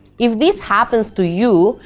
if this happens to you,